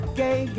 gay